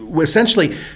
essentially